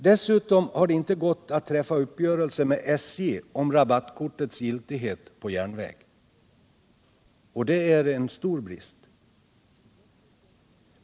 Dessutom har det inte gått att träffa uppgörelse med SJ om rabattkortets giltighet på järnväg, och det är en stor brist.